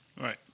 Right